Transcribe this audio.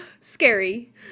Scary